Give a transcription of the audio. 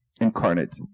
incarnate